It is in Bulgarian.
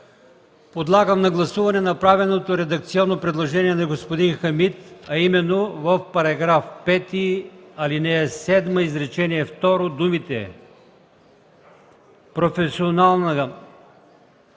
Подлагам на гласуване направеното редакционно предложение на господин Хамид, а именно в § 5, ал. 7, изречение второ думите „професионална квалификация